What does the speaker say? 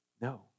No